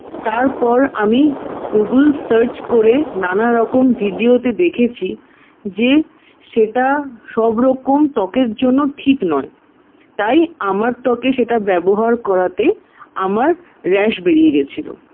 তারপর আমি Google search করে নানারকম ভিডিওতে দেখেছি যে সেটা সব রকম ত্বকের জন্য ঠিক নয় তাই আমার ত্বকে সেটা ব্যবহার করাতে আমার র্যাস বেরিয়ে গেছিল